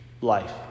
life